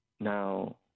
Now